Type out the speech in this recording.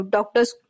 Doctors